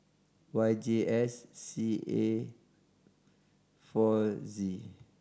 Y J S C A four Z